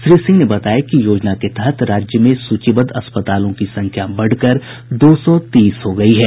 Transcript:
श्री सिंह ने बताया कि योजना के तहत राज्य में सूचीबद्ध अस्पतालों की संख्या बढ़कर दो सौ तीस हो गयी है